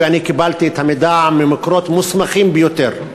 ואני קיבלתי את המידע ממקורות מוסמכים ביותר,